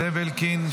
זאב אלקין,